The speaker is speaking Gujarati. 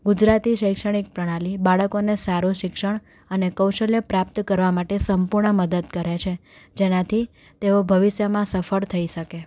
ગુજરાતી શૈક્ષણિક પ્રણાલી બાળકોને સારું શિક્ષણ અને કૌશલ્ય પ્રાપ્ત કરવા માટે સંપૂર્ણ મદદ કરે છે જેનાથી તેઓ ભવિષ્યમાં સફળ થઈ શકે છે